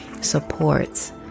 supports